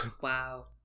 wow